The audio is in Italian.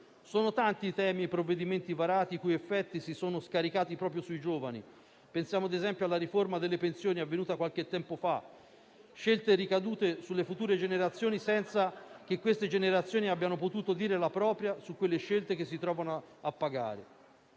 Sono tanti i temi e i provvedimenti varati i cui effetti si sono scaricati proprio sui giovani. Pensiamo, ad esempio, alla riforma delle pensioni avvenuta qualche tempo fa. Scelte ricadute sulle future generazioni senza che queste generazioni abbiano potuto dire la propria su quelle scelte che si trovano a pagare.